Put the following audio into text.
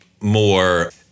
more